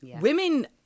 Women